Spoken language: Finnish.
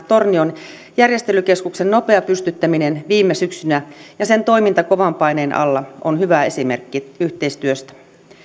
tornion järjestelykeskuksen nopea pystyttäminen viime syksynä ja sen toiminta kovan paineen alla on hyvä esimerkki yhteistyöstä